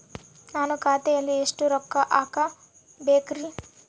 ನಾನು ಖಾತೆಯಲ್ಲಿ ಎಷ್ಟು ರೊಕ್ಕ ಹಾಕಬೇಕ್ರಿ?